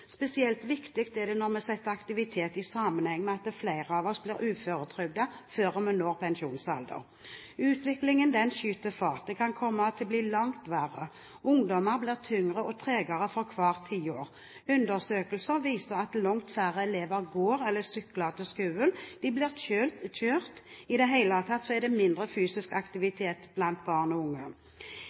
Spesielt viktig er det når vi setter aktivitet i sammenheng med at flere av oss blir uføretrygdet før vi når pensjonsalder. Utviklingen skyter fart. Det kan komme til å bli langt verre. Ungdommer blir tyngre og tregere for hvert tiår. Undersøkelser viser at langt færre elever går eller sykler til skolen, de blir kjørt – i det hele tatt er det mindre fysisk aktivitet blant barn og unge.